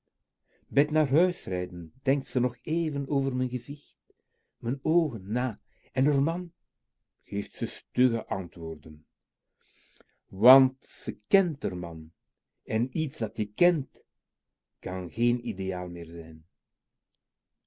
naar huis rijden denkt ze nog even over mijn gezicht mijn oogen na en r man geeft ze stugge antwoorden want ze kent r man en iets dat je kent kan geen ideaal meer zijn